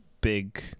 big